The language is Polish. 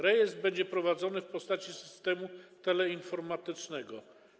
Rejestr będzie prowadzony w postaci systemu teleinformatycznego.